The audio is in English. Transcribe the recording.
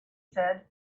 said